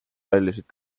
paljusid